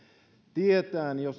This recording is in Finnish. tietäen jo